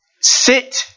sit